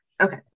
Okay